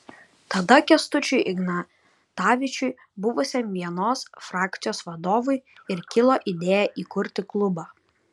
tada kęstučiui ignatavičiui buvusiam vienos frakcijos vadovui ir kilo idėja įkurti klubą